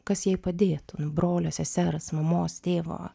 kas jai padėtų nu brolio sesers mamos tėvo